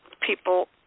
people